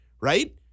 right